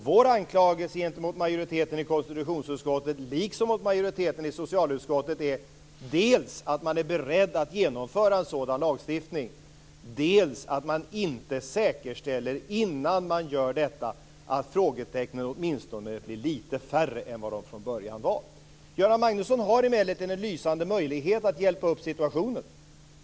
Vår anklagelse mot majoriteten i konstitutionsutskottet liksom mot majoriteten i socialutskottet gäller dels att man är beredd att genomföra en sådan lagstiftning, dels att man innan man gör detta inte säkerställer att frågetecknen åtminstone blir lite färre än de från början var. Göran Magnusson har emellertid en lysande möjlighet att hjälpa upp situationen.